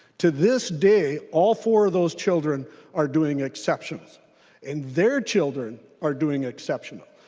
to this day all four of those children are doing exceptionally and their children are doing exceptional.